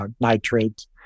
nitrate